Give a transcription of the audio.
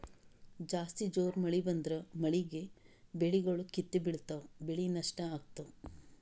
ಜಾಸ್ತಿ ಜೋರ್ ಮಳಿ ಬಂದ್ರ ಮಳೀಗಿ ಬೆಳಿಗೊಳ್ ಕಿತ್ತಿ ಬಿಳ್ತಾವ್ ಬೆಳಿ ನಷ್ಟ್ ಆಗ್ತಾವ್